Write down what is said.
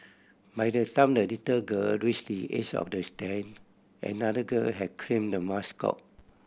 by the time the little girl reach the edge of the stand another girl had claimed the mascot